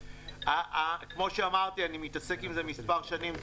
כמו שאמרתי אני מתעסק בזה כמה שנים.